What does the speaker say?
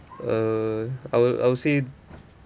uh I would I would say